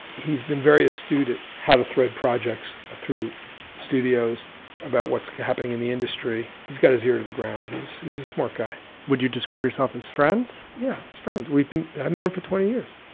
he's been very astute at how to thread projects through studios about what's happening in the industry. he's got his ear to the ground. he's a smart guy would you describe yourself as friends? yeah, as friends we've been i've known him for twenty years.